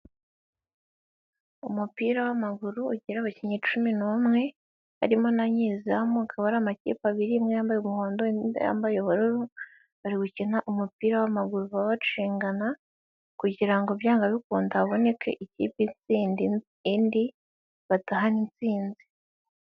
Umupira w'amaguru ugira abakinnyi cumi n'umwe barimo na nyezamu, akaba ari amakipe abiri imwe yambaye umuhondo iyindi ayambaye ubururu, bari gukina umupira w'amaguru bacengana kugira ngo byanga bikunda haboneke ikipe itsinda indi batahane intsinzi.